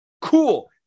cool